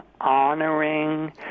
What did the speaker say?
honoring